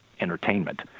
entertainment